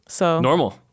Normal